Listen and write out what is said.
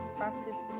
practice